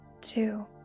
Two